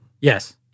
Yes